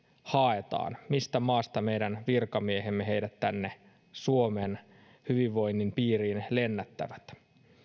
haetaan mistä maasta meidän virkamiehemme heidät tänne suomen hyvinvoinnin piiriin lennättävät